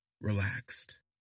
relaxed